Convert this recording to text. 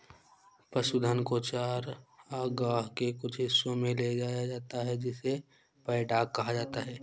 पशुधन को चरागाह के कुछ हिस्सों में ले जाया जाता है जिसे पैडॉक कहा जाता है